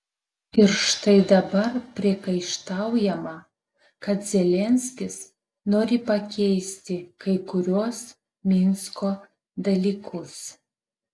ir štai dabar priekaištaujama kad zelenskis nori pakeisti kai kuriuos minsko dalykus